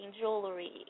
jewelry